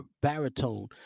baritone